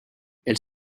elle